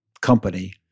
company